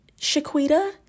Shaquita